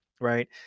Right